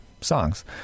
songs